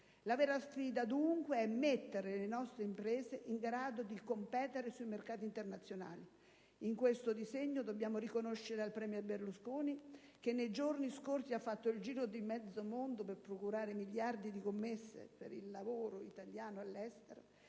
La vera sfida, dunque, è mettere le nostre imprese in grado di competere sui mercati internazionali. In questo disegno dobbiamo riconoscere al *premier* Berlusconi, che nei giorni scorsi ha fatto il giro di mezzo mondo per procurare miliardi di commesse per il lavoro italiano all'estero,